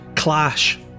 Clash